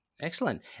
Excellent